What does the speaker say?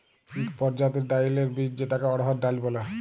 ইক পরজাতির ডাইলের বীজ যেটাকে অড়হর ডাল ব্যলে